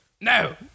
No